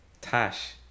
Tash